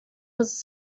was